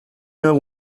not